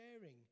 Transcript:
sharing